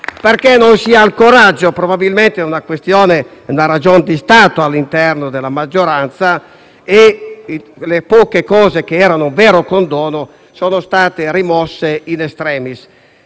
Gruppo FI-BP)*. Probabilmente è una questione di ragion di Stato all'interno della maggioranza e le poche cose che erano vero condono sono state rimosse *in extremis*.